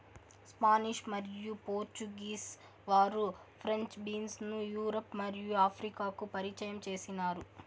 Spanish మరియు Portuguese వారు French beans ను యూరప్ మరియు ఆఫ్రికాకు పరిచయం చేసినారు